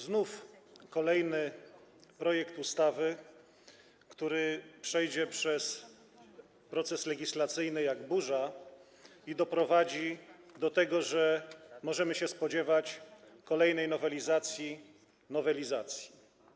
Znów kolejny projekt ustawy, który przejdzie przez proces legislacyjny jak burza i doprowadzi do tego, że możemy się spodziewać kolejnej nowelizacji nowelizacji.